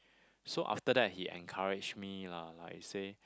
so after that he encourage me lah like say